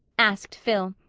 asked phil,